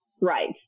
right